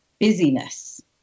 busyness